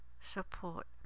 support